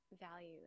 value